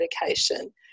medication